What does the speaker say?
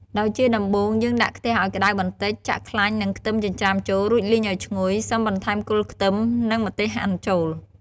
ដោយជាដំំបូង យើងដាក់ខ្ទះឱ្យក្ដៅបន្តិច ចាក់ខ្លាញ់ និងខ្ទឹមចិញ្ច្រំាចូល រួចលីងឱ្យឈ្ងុយ សិមបន្ថែមគល់ខ្ទឹម និងម្ទេសហាន់ចូល។